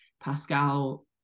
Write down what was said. Pascal